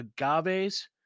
agaves